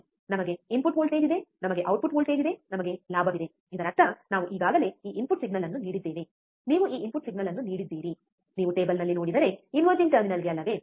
ನಮಗೆ input voltage ಇದೆ ನಮಗೆ ಔಟ್ಪುಟ್ ವೋಲ್ಟೇಜ್ ಇದೆ ನಮಗೆ ಲಾಭವಿದೆ ಇದರರ್ಥ ನಾವು ಈಗಾಗಲೇ ಈ ಇನ್ಪುಟ್ ಸಿಗ್ನಲ್ ಅನ್ನು ನೀಡಿದ್ದೇವೆ ನೀವು ಈ ಇನ್ಪುಟ್ ಸಿಗ್ನಲ್ ಅನ್ನು ನೀಡಿದ್ದೇವೆ ನೀವು ಟೇಬಲ್ನಲ್ಲಿ ನೋಡಿದರೆ ಇನ್ವರ್ಟಿಂಗ್ ಟರ್ಮಿನಲ್ಗೆ ಅಲ್ಲವೇ